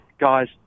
guys